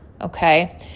Okay